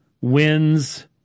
wins